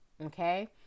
Okay